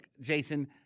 Jason